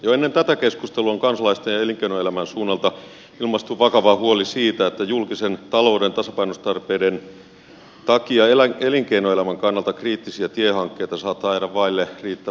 jo ennen tätä keskustelua on kansalaisten ja elinkeinoelämän suunnalta ilmaistu vakava huoli siitä että julkisen talouden tasapainotustarpeiden takia elinkeinoelämän kannalta kriittisiä tiehankkeita saattaa jäädä vaille riittävää rahoitusta